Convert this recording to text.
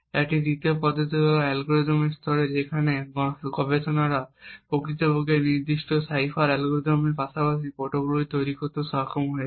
একটি তৃতীয় পদ্ধতি হল অ্যালগরিদমিক স্তরে যেখানে গবেষকরা প্রকৃতপক্ষে নির্দিষ্ট সাইফার অ্যালগরিদমগুলির পাশাপাশি প্রোটোকলগুলি তৈরি করতে সক্ষম হয়েছেন